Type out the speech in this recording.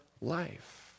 life